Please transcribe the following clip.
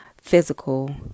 physical